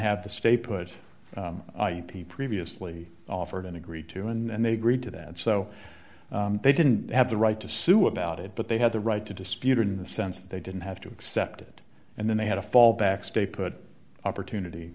have the stay put the previously offered and agreed to and they agreed to that so they didn't have the right to sue about it but they had the right to dispute in the sense that they didn't have to accept it and then they had a fallback stay put opportunity